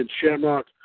Shamrock